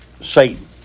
Satan